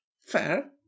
Fair